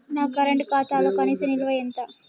నా కరెంట్ ఖాతాలో కనీస నిల్వ ఎంత?